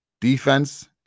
defense